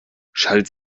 schaltet